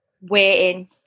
waiting